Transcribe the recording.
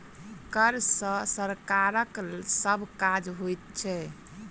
कर सॅ सरकारक सभ काज होइत छै